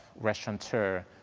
restaurateur,